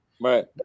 right